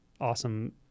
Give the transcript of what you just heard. awesome